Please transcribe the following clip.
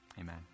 amen